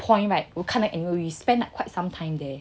point right to 看那个 animal we spent quite some time there